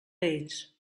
ells